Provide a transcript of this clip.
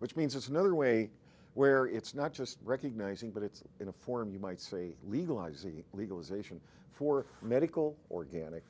which means it's another way where it's not just recognizing but it's in a form you might say legalize the legalization for medical organic